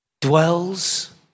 dwells